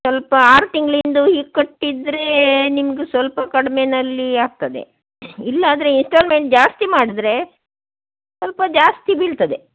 ಸ್ವಲ್ಪ ಆರು ತಿಂಗಳಿಂದು ಈಗ ಕಟ್ಟಿದ್ದರೆ ನಿಮಗೂ ಸ್ವಲ್ಪ ಕಡ್ಮೆಯಲ್ಲಿ ಆಗ್ತದೆ ಇಲ್ಲಾದರೆ ಇನ್ಸ್ಟಾಲ್ಮೆಂಟ್ ಜಾಸ್ತಿ ಮಾಡಿದರೆ ಸ್ವಲ್ಪ ಜಾಸ್ತಿ ಬೀಳ್ತದೆ